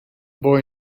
boy